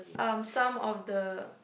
um some of the